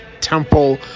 temple